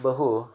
बहु